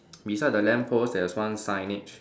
beside the lamppost there's one signage